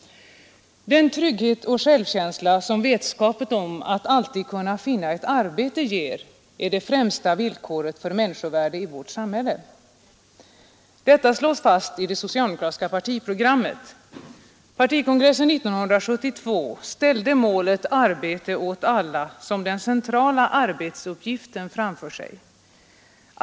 ”Den trygghet och självkänsla som vetskapen om att alltid kunna finna ett arbete ger är det främsta villkoret för människovärde i vårt samhälle.” Detta slås fast i det socialdemokratiska partiprogrammet. Partikongressen 1972 ställde målet ”arbete åt alla” som den centrala arbetsuppgiften framför sig.